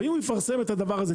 ואם הוא יפרסם את הדבר הזה,